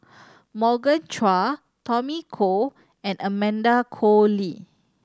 Morgan Chua Tommy Koh and Amanda Koe Lee